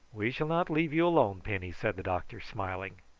we shall not leave you alone, penny, said the doctor, smiling.